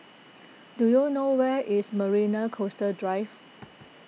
do you know where is Marina Coastal Drive